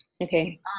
Okay